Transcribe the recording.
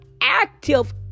active